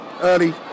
Early